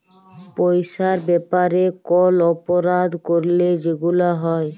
পইসার ব্যাপারে কল অপরাধ ক্যইরলে যেগুলা হ্যয়